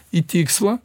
į tikslą